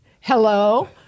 hello